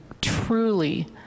truly